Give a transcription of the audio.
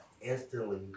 instantly